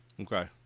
Okay